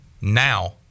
now